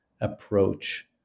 approach